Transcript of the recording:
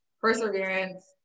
perseverance